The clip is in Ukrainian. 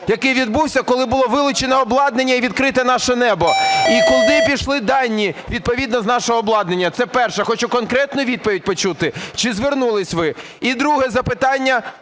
який відбувся, коли було вилучене обладнання і відкрите наше небо, і куди пішли дані відповідно з нашого обладнання? Це перше. Хочу конкретну відповідь почути, чи звернулися ви. І друге запитання